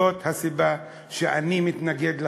זאת הסיבה שאני מתנגד לחוק.